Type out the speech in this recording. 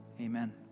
Amen